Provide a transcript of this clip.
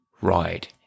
ride